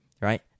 right